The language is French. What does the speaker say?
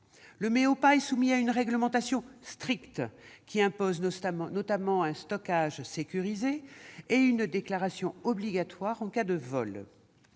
Le Méopa est soumis à une réglementation stricte, qui impose notamment un stockage sécurisé et une déclaration obligatoire en cas de vol.